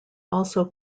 also